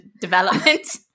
development